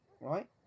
Right